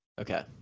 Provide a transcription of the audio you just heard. Okay